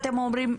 אתם אומרים,